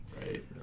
right